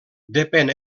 depèn